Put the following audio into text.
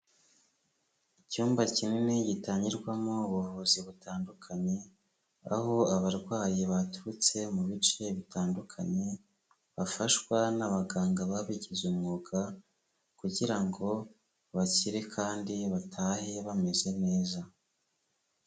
Icyumba kinini gitangirwamo ubuvuzi butandukanye, aho abarwayi baturutse mu bice bitandukanye, bafashwa n'abaganga babigize umwuga kugira ngo bakire kandi batahe bameze neza.